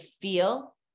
feel